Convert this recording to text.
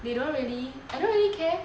they don't really I don't really care